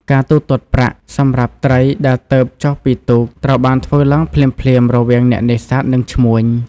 ការទូទាត់ប្រាក់ សម្រាប់ត្រីដែលទើបចុះពីទូកត្រូវបានធ្វើឡើងភ្លាមៗរវាងអ្នកនេសាទនិងឈ្មួញ។